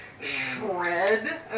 Shred